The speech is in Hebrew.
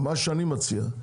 אני מציע,